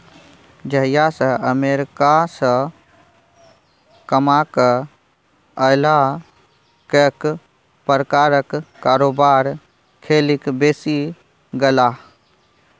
जहिया सँ अमेरिकासँ कमाकेँ अयलाह कैक प्रकारक कारोबार खेलिक बैसि गेलाह